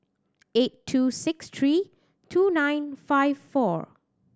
eight two six three two nine five four